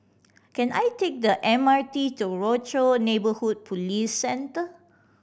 can I take the M R T to Rochor Neighborhood Police Centre